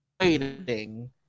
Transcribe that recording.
Waiting